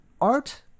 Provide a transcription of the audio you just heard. art